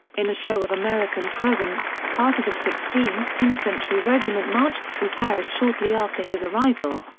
in a show of american presence, part of the sixteenth infantry regiment marched through paris shortly after his arrival.